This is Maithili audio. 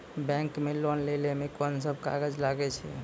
बैंक मे लोन लै मे कोन सब कागज लागै छै?